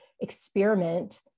experiment